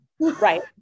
Right